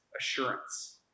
assurance